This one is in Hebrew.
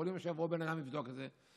שכל יום יבוא בן אדם לבדוק את זה,